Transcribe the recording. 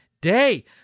day